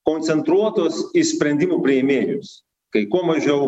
koncentruotos į sprendimų priėmėjus kai kuo mažiau